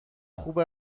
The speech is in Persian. خوب